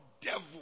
devil